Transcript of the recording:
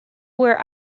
were